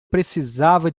precisava